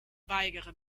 weigere